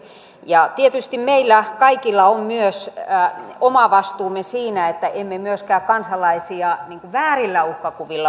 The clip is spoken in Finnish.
ja tietysti meillä kaikilla on myös oma vastuumme siinä että emme myöskään kansalaisia väärillä uhkakuvilla pelottele